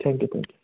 thank you thank you